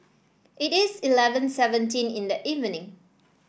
it is eleven seventeen in the evening